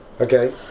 Okay